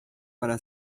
para